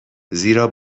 زیرا